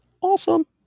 awesome